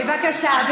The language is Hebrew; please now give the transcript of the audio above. בבקשה.